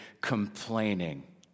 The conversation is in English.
complaining